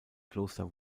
kloster